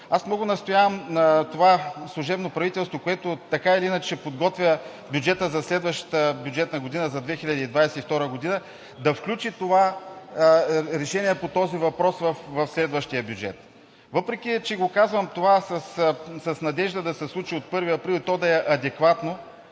много настоявам служебното правителство, което така или иначе ще подготвя бюджета за следващата бюджетна година – за 2022 г., да включи това решение по този въпрос в следващия бюджет. Казвам това с надежда да се случи от 1 април и то да е адекватно